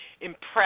impressed